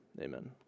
Amen